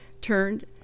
turned